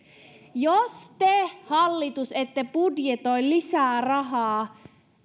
jos te hallitus ette budjetoi lisää rahaa